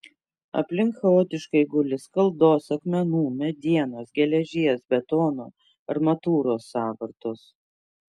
aplink chaotiškai guli skaldos akmenų medienos geležies betono armatūros sąvartos